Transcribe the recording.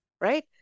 right